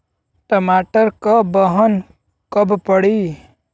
टमाटर क बहन कब पड़ी?